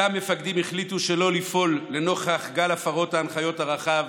אותם מפקדים החליטו שלא לפעול לנוכח גל הפרות ההנחיות הרחב.